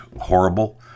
Horrible